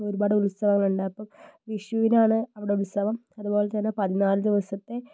ഒരുപാട് ഉത്സവങ്ങളുണ്ട് അപ്പം വിഷുവിനാണ് അവിടെ ഉത്സവം അതുപോലെത്തന്നെ പതിനാല് ദിവസത്തെ